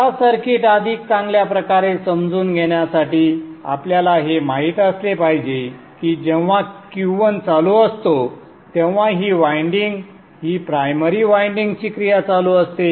आता सर्किट अधिक चांगल्या प्रकारे समजून घेण्यासाठी आपल्याला हे माहित असले पाहिजे की जेव्हा Q1 चालू असतो तेव्हा ही वायंडिंग ही प्रायमरी वायंडिंग ची क्रिया चालू असते